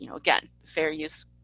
you know again, fair use,